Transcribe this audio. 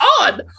on